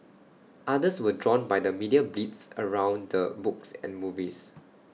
others were drawn by the media blitz around the books and movies